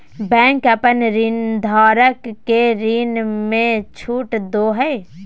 bank अपन ऋणधारक के ऋण में छुट दो हइ